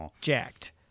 jacked